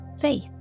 faith